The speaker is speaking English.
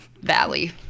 valley